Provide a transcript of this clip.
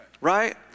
right